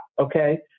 okay